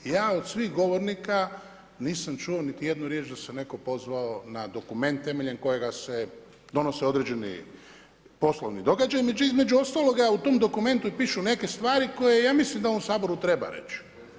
Ja od svih govornika nisam čuo niti jednu riječ da se netko pozvao na dokument temeljem kojega se donose određeni poslovni događaju, između ostaloga u tom dokumentu pišu neke stvari koje ja mislim da u ovom Saboru treba reći.